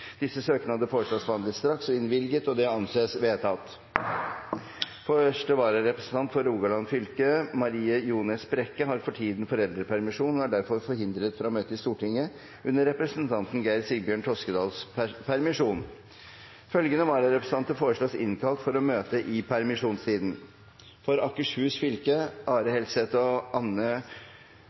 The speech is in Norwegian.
Disse søknader foreslås behandlet straks og innvilget. – Det anses vedtatt. Første vararepresentant for Rogaland fylke, Marie Ljones Brekke, har for tiden foreldrepermisjon og er derfor forhindret fra å møte i Stortinget under representanten Geir Sigbjørn Toskedals permisjon. Følgende vararepresentanter foreslås innkalt for å møte i permisjonstiden: For Akershus fylke: Are Helseth og Anne